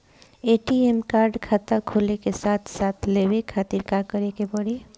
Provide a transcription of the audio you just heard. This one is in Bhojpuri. ए.टी.एम कार्ड खाता खुले के साथे साथ लेवे खातिर का करे के पड़ी?